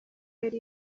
yari